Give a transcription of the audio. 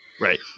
Right